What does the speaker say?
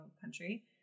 country